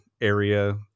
area